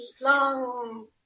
long